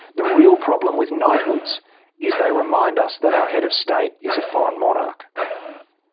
the real problem with knighthoods is they remind us that our head of state is a foreign monarch.